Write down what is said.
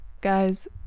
Guys